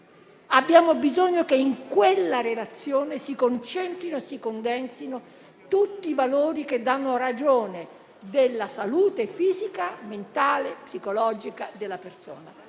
Abbiamo bisogno che in quella relazione si concentrino e si condensino tutti i valori che danno ragione della salute fisica, mentale e psicologica della persona.